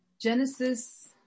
Genesis